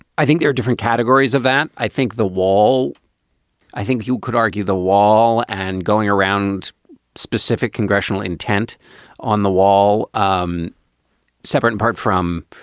i think there are different categories of that. i think the wall i think you could argue the wall and going around specific congressional intent on the wall, um separate part from